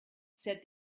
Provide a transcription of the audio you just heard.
said